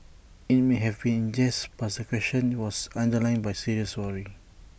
IT may have been in jest but the question was underlined by serious worry